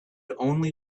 only